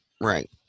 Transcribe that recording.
Right